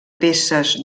peces